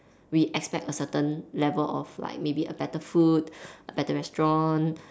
we expect a certain level of like maybe a better food a better restaurant